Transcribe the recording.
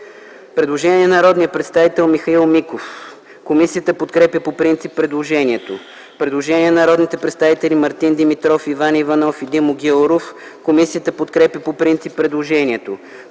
Предложение на народния представител Михаил Миков. Комисията подкрепя по принцип предложението. Предложение на народните представители Мартин Димитров, Иван Иванов и Димо Гяуров. Комисията подкрепя по принцип предложението.